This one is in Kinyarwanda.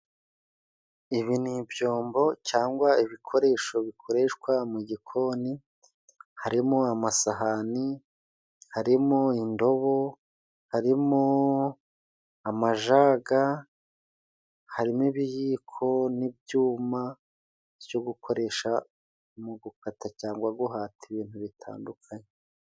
Ibi ni ibyombo cyangwa ibikoresho bikoreshwa mu gikoni harimo: amasahani, harimo indobo, harimo amajaga, harimo ibiyiko, n'ibyuma byo gukoresha mu gukata cyangwa guhata ibintu bitandukanye.